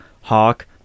Hawk